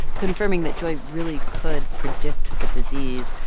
confirming that joy really could predict the disease,